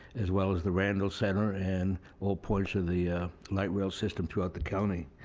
as well as the randall center and all points of the light-rail system throughout the county.